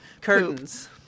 curtains